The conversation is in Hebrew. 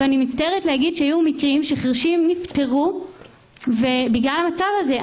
אני מצטערת להגיד שהיו מקרים שחירשים נפטרו בגלל המצב הזה.